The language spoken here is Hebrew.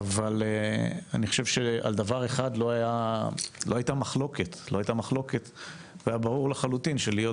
אבל אני חשוב שעל דבר אחד לא הייתה מחלוקת והיה ברור לחלוטין שלהיות